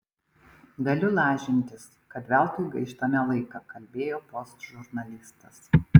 galiu lažintis kad veltui gaištame laiką kalbėjo post žurnalistas